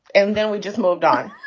and then we just moved on